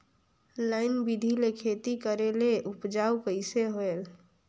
Line बिधी ले खेती करेले उपजाऊ कइसे होयल?